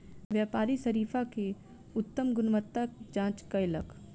व्यापारी शरीफा के उत्तम गुणवत्ताक जांच कयलक